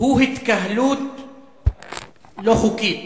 הוא התקהלות לא חוקית,